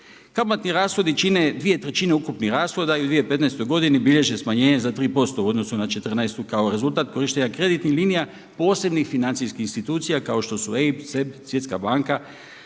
Kamatni rashodi čine 2/3 ukupnih rashoda i u 2015. godini bilježe smanjenje za 3% u odnosu na četrnaestu kao rezultat korištenja kreditnih linija posebnih financijskih institucija kao što su EIBS, CEB, Svjetska banka,